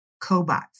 cobots